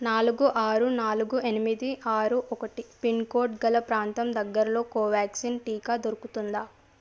నాలుగు ఆరు నాలుగు ఎనిమిది ఆరు ఒకటి పిన్కోడ్ గల ప్రాంతం దగ్గరలో కోవ్యాక్సిన్ టీకా దొరుకుతుందా